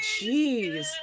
jeez